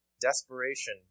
desperation